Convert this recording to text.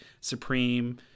Supreme